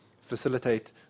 facilitate